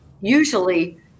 usually